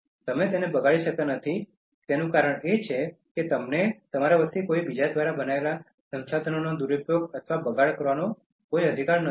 તમે તેમને બગાડી શકતા નથી તે કારણ એ છે કે તમને તમારા વતી કોઈ બીજા દ્વારા બનાવેલા સંસાધનોનો દુરૂપયોગ અથવા બગાડ કરવાનો તમને કોઈ અધિકાર નથી